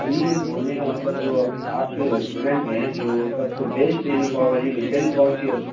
ابھی بولنے کا مطلب جو آپ کے ریسٹورینٹ میں جو سب سے بیسٹ یعنی پاؤ بھاجی ری سیل کون سی ہوتی ہے